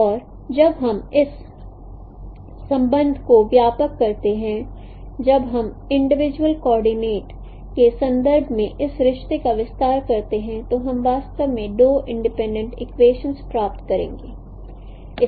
और जब हम इस संबंध को व्यक्त करते हैं जब हम इंडिविजुअल कोऑर्डिनेट के संदर्भ में इस रिश्ते का विस्तार करते हैं तो हम वास्तव में दो इंडिपेंडेंट इक्वेशनस प्राप्त करेंगे